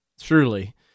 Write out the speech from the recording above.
truly